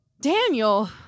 Daniel